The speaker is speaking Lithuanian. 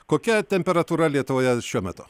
kokia temperatūra lietuvoje šiuo metu